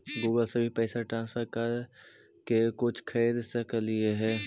Google से भी पैसा ट्रांसफर कर के कुछ खरिद सकलिऐ हे?